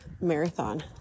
marathon